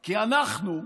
כי אנחנו,